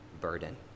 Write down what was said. burden